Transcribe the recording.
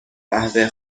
قهوه